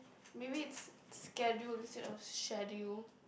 maybe it's schedule instead of schedule